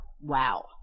wow